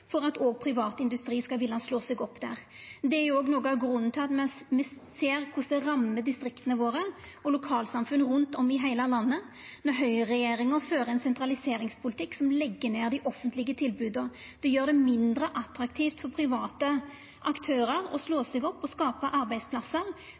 at òg privat industri kan vilja slå seg opp der. Det er òg noko av grunnen til at me ser korleis det rammar distrikta våre og lokalsamfunn rundt om i heile landet når høgregjeringa fører ein sentraliseringspolitikk som legg ned dei offentlege tilboda. Det gjer det mindre attraktivt for private aktørar å